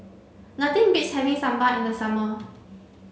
nothing beats having Sambar in the summer